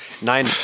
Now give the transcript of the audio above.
Nein